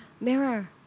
Mirror